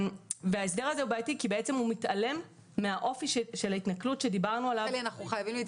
ההסדר הזה בעייתי כי הוא מתעלם מן האופי של ההתנכלות שדיברנו עליו כרגע.